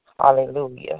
Hallelujah